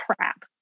crap